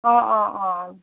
অঁ অঁ অঁ